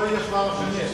לא יהיה שלב שני.